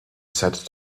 said